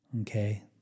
Okay